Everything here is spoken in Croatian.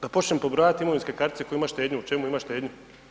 Da počnem pobrajati imovinske kartice tko ima štednju u čemu ima štednju?